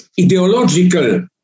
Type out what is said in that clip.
ideological